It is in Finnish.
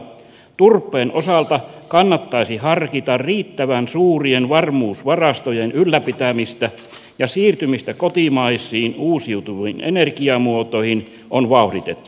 turpeen osalta kannattaisi harkita riittävän suurien varmuusvarastojen ylläpitämistä ja siirtymistä kotimaisiin uusiutuviin energiamuotoihin on vauhditettava